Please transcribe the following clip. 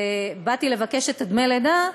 ובאתי לבקש את דמי הלידה,